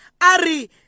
Ari